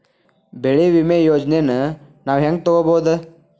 ಬೆಳಿ ವಿಮೆ ಯೋಜನೆನ ನಾವ್ ಹೆಂಗ್ ತೊಗೊಬೋದ್?